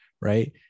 right